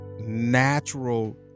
natural